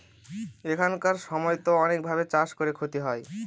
এখানকার সময়তো অনেক ভাবে চাষ করে ক্ষতি হয়